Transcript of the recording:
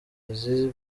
mezi